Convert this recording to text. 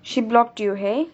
she blocked you !hey!